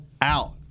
out